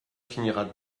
finira